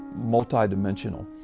multidimensional,